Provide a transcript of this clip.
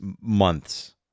Months